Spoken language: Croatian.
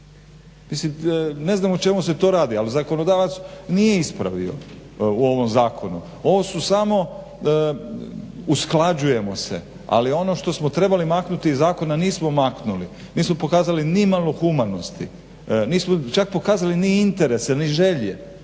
Mislim ne znam o čemu se to radi ali zakonodavac nije ispravio u ovom zakonu. Ovo se samo usklađujemo ali ono što smo trebali maknuti iz zakona nismo maknuli, nismo pokazali nimalo humanosti, nismo čak pokazali ni interese ni želje.